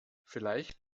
vielleicht